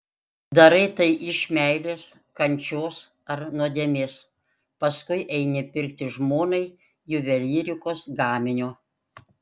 darai tai iš meilės kančios ar nuodėmės paskui eini pirkti žmonai juvelyrikos gaminio